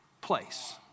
place